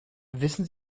wissen